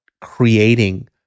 creating